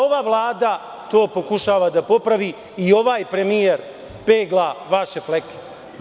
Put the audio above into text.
Ova vlada to pokušava da popravi i ovaj premijer pegla vaše fleke.